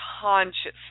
consciously